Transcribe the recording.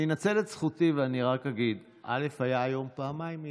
אני אנצל את זכותי ואני רק אגיד: 1. היה היום פעמיים אי-אמון,